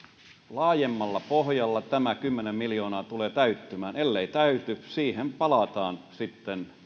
laajemmalla pohjalla tämä kymmenen miljoonaa tulee täyttymään siihen palataan sitten